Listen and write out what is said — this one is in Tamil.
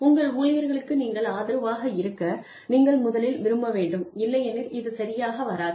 உங்கள் ஊழியர்களுக்கு நீங்கள் ஆதரவாக இருக்க நீங்கள் முதலில் விரும்ப வேண்டும் இல்லையெனில் இது சரியாக வராது